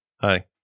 Hi